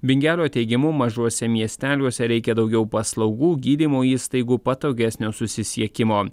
bingelio teigimu mažuose miesteliuose reikia daugiau paslaugų gydymo įstaigų patogesnio susisiekimo